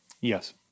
Yes